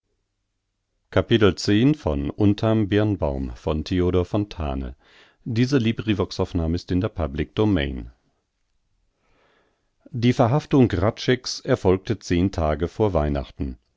die verhaftung hradscheck's erfolgte zehn tage vor weihnachten